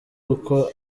uko